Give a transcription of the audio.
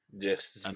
Yes